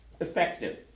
effective